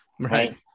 Right